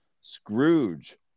scrooge